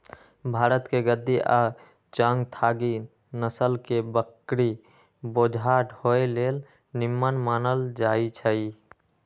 भारतके गद्दी आ चांगथागी नसल के बकरि बोझा ढोय लेल निम्मन मानल जाईछइ